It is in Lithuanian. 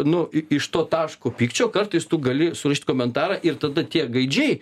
nu iš to taško pykčio kartais tu gali surišt komentarą ir tada tie gaidžiai